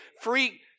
free